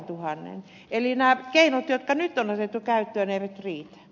eli nämä keinot jotka nyt on otettu käyttöön eivät riitä